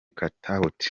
katauti